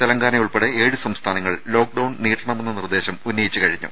തെലങ്കാന ഉൾപ്പെടെ ഏഴ് സംസ്ഥാനങ്ങൾ ലോക്ക്ഡൌൺ നീട്ടണമെന്ന നിർദേശം ഉന്നയിച്ചു കഴിഞ്ഞു